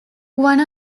one